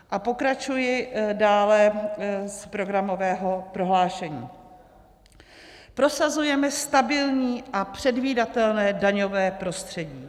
A pokračuji dále z programového prohlášení: Prosazujeme stabilní a předvídatelné daňové prostředí.